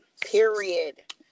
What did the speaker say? period